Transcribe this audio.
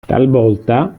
talvolta